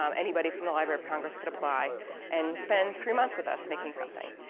um anybody from the library of congress could apply and spend three months with us making something.